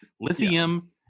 Lithium